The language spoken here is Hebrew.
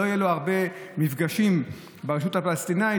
לא יהיו לו הרבה מפגשים ברשות הפלסטינית,